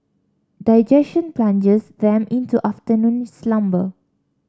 digestion plunges them into afternoon slumber